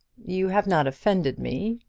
you have not offended me,